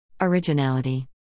Originality